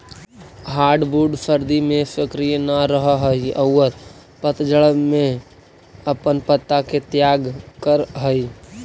hardwood भी सर्दि में सक्रिय न रहऽ हई औउर पतझड़ में अपन पत्ता के त्याग करऽ हई